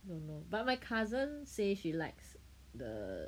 don't know but my cousin say she likes the